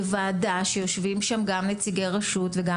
בוועדה שיושבים שם גם נציגי רשות וגם